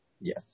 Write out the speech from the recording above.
Yes